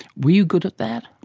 were you good at that?